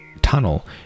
tunnel